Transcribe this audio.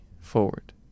forward